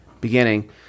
beginning